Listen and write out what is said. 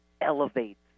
elevates